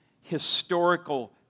historical